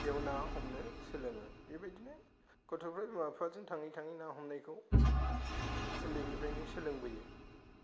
बेव ना हमनो सोलोङो बेबायदिनो गथ'फ्रा बिमा फिफाजों थाङै थाङै ना हमनायखौ ओन्दैनिफ्रायनो सोलोंबोयो